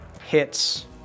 Hits